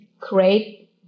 create